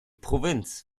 provinz